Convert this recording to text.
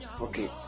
okay